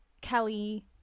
Kelly